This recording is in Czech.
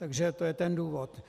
Takže to je ten důvod.